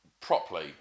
properly